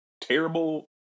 terrible